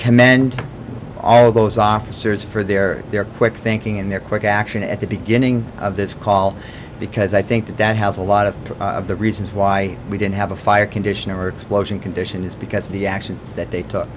commend all of those officers for their their quick thinking and their quick action at the beginning of this call because i think that that has a lot of the reasons why we didn't have a fire condition or explosion condition is because of the actions that they took